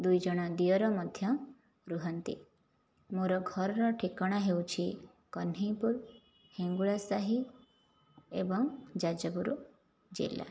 ଦୁଇଜଣ ଦିଅର ମଧ୍ୟ ରହନ୍ତି ମୋର ଘରର ଠିକଣା ହେଉଛି କହ୍ନେଇପୁର ହିଙ୍ଗୁଳା ସାହି ଏବଂ ଯାଜପୁର ଜିଲ୍ଲା